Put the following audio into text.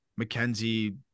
McKenzie